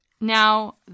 Now